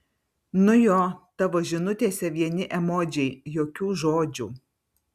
nu jo tavo žinutėse vieni emodžiai jokių žodžių